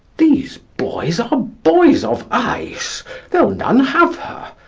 these boys are boys of ice they'll none have her.